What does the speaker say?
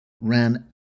ran